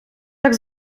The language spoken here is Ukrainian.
так